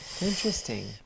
Interesting